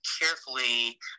carefully